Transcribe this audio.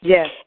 Yes